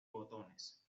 botones